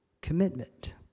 commitment